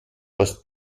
was